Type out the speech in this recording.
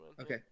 Okay